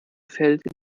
feld